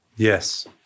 Yes